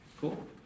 Cool